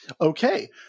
Okay